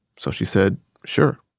so she said sure.